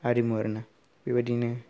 आरिमु आरो ना बेबायदिनो